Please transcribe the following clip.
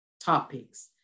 topics